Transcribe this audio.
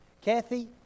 Kathy